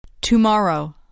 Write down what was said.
Tomorrow